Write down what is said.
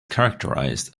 characterized